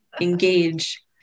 engage